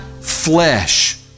flesh